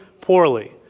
poorly